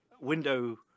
window